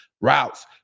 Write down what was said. routes